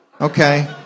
Okay